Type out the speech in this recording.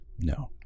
no